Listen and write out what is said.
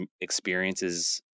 experiences